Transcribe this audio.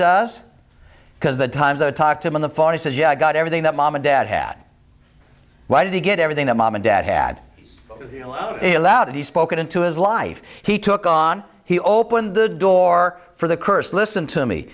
does because the times i talk to him in the funny says yeah i got everything that mom and dad had why did he get everything that mom and dad had allowed he spoke it into his life he took on he opened the door for the curse listen to me